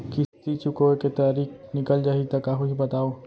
किस्ती चुकोय के तारीक निकल जाही त का होही बताव?